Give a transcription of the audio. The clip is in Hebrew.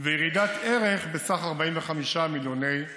וירידת ערך בסך 45 מיליוני שקלים.